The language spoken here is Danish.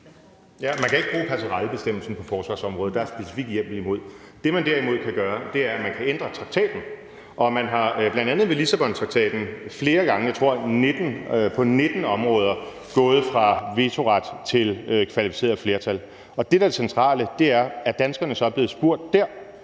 Man kan ikke bruge passarellebestemmelsen på forsvarsområdet, der er specifikt hjemmel imod det. Det, man derimod kan gøre, er, at man kan ændre traktaten. Man er bl.a. ved Lissabontraktaten flere gange – jeg tror, det er på 19 områder – gået fra vetoret til kvalificeret flertal, og det, der er det centrale, er, om danskerne så er blevet spurgt der.